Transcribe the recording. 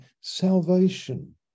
Salvation